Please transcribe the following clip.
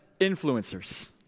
influencers